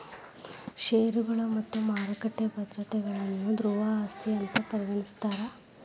ಷೇರುಗಳು ಮತ್ತ ಮಾರುಕಟ್ಟಿ ಭದ್ರತೆಗಳನ್ನ ದ್ರವ ಆಸ್ತಿ ಅಂತ್ ಪರಿಗಣಿಸ್ತಾರ್